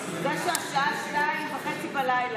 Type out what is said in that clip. זה שהשעה 02:30,